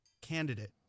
candidate